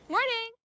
Morning